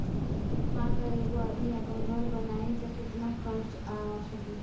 मान ल एगो आदमी आपन घर बनाइ त केतना खर्च आ सकेला